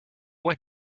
went